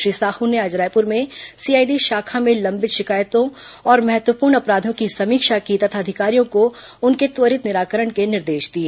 श्री साहू ने आज रायपुर में सीआईडी शाखा में लंबित शिकायतों और महत्वपूर्ण अपराधों की समीक्षा की तथा अधिकारियों को उनके त्वरित निराकरण के निर्देश दिए